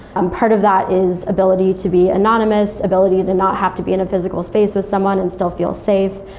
um part of that is ability to be anonymous, ability to not have to be in a physical space with someone and still feel safe,